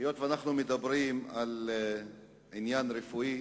היות שאנחנו מדברים על עניין רפואי,